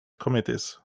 committees